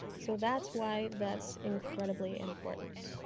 so that's why that's incredibly important.